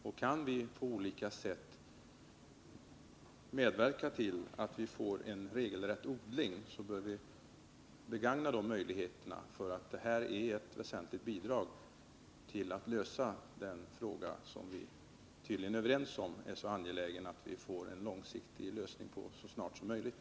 Och kan vi på olika sätt medverka till att få till stånd en potatisodling av rejält format bör vi begagna de möjligheterna. Det skulle vara ett väsentligt bidrag när det gäller att lösa den fråga som vi tydligen är överens om att det är angeläget att få en långsiktig lösning på så snart som möjligt.